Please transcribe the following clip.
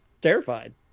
terrified